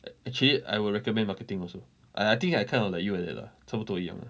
I actually I would recommend marketing also and I think I kind of like you like that lah 差不多一样 lah